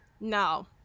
No